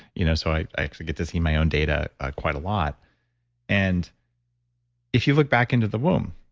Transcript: you know so i i actually get to see my own data quite a lot and if you look back into the womb,